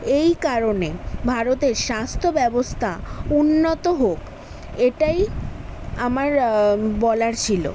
এই কারণে ভারতের স্বাস্থ্য ব্যবস্থা উন্নত হোক এটাই আমার বলার ছিলো